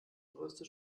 größte